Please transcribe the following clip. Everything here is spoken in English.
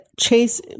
Chase